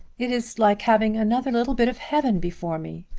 it is like having another little bit of heaven before me.